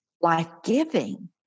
life-giving